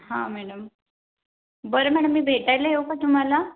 हा मॅडम बरं मॅडम मी भेटायला येऊ का तुम्हाला